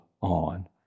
on